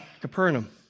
Capernaum